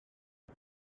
she